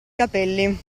capelli